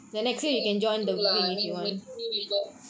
think it is good lah I mean meeting new people